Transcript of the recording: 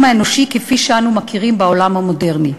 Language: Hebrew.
האנושי כפי שאנו מכירים אותם בעולם המודרני.